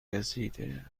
گزیده